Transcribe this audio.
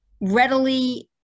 readily